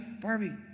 Barbie